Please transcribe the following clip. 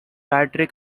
battery